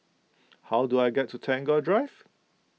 how do I get to Tagore Drive